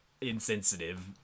insensitive